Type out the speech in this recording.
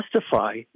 justify